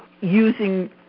using